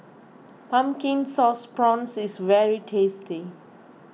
Pumpkin Sauce Prawns is very tasty